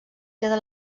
queda